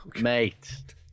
Mate